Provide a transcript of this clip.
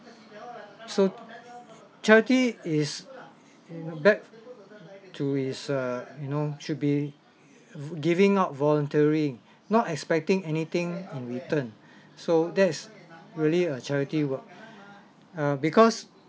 so charity is back to its uh you know should be giving out voluntary not expecting anything in return so that's really a charity work uh because